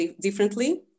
differently